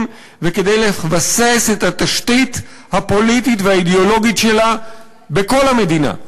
וכדי לבסס את התשתית הפוליטית והאידיאולוגית שלה בכל המדינה,